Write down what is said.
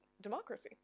Democracy